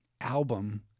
album